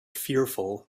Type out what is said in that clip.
fearful